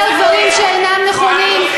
אתם פועלים בשיטה, אתה אומר דברים שאינם נכונים,